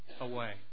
away